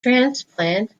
transplant